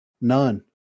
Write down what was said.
none